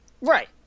Right